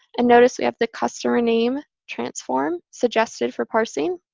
and notice we have the customer name transform suggested for parsing.